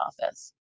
Office